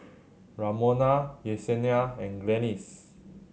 Ramona Yesenia and Glennis